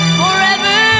forever